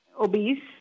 obese